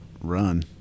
run